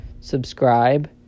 subscribe